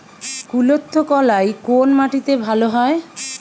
কুলত্থ কলাই কোন মাটিতে ভালো হয়?